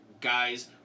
guys